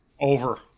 Over